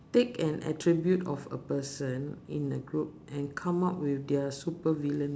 take an attribute of a person in a group and come up with their super villain